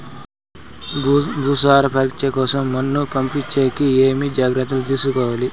భూసార పరీక్ష కోసం మన్ను పంపించేకి ఏమి జాగ్రత్తలు తీసుకోవాలి?